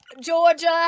Georgia